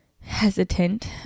hesitant